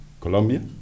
Colombia